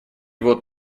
вот